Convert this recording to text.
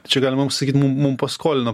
čia galima mum sakyt mum mum paskolino